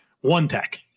one-tech